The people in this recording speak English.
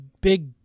big